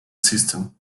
system